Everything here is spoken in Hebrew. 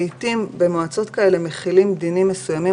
לעיתים במועצות כאלה מחילים דינים מסוימים